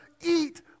eat